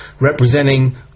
representing